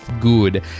good